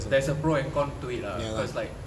there's a pro and con to it ah